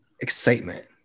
excitement